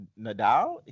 Nadal